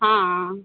हाँ